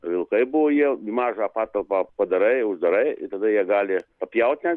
vilkai buvo jie mažą patalpą padarai uždarai ir tada jie gali papjaut net